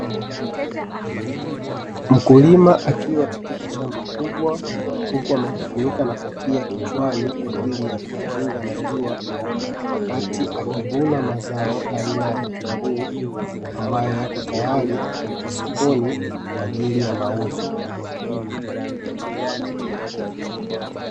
Mkulima akiwa katika shamba kubwa huku amejifunuka na kofia kichwani kwa ajili ya kumkinga na jua wakati akivuna mazao aina ya vitunguu ambayo yako tayari kupelekwa sokoni kwa ajili ya mauzo.